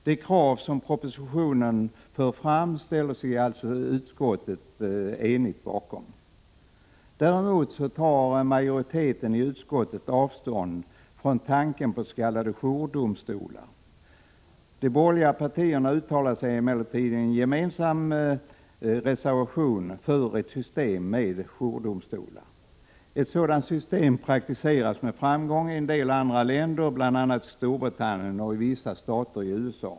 De krav som propositionen för fram ställer sig alltså utskottet enigt bakom. Däremot tar majoriteten i utskottet avstånd från tanken på s.k. jourdomstolar. De borgerliga partierna uttalar sig emellertid i en gemensam reservation för ett system med jourdomstolar. Ett sådant system praktiseras med framgång i en del andra länder, bl.a. i Storbritannien och i vissa stater i USA.